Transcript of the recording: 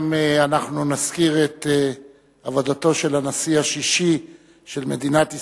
גם את עבודתו של הנשיא השישי של מדינת ישראל,